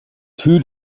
two